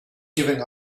giving